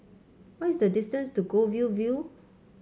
what is the distance to Goldhill View